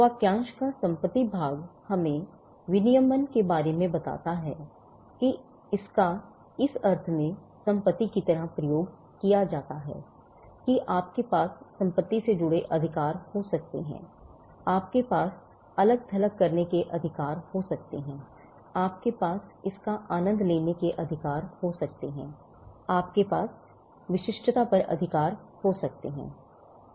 वाक्यांश का संपत्ति भाग हमें विनियमनके बारे में बताता है कि इसका इस अर्थ में संपत्ति की तरह प्रयोग जाता है कि आपके पास संपत्ति से जुड़े अधिकार हो सकते हैं आपके पास अलग थलग करने के अधिकार हो सकते हैं आपके पास इसका आनंद लेने के अधिकार हो सकते हैं आपके पास विशिष्टता पर अधिकार हो सकते हैं यह